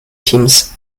teams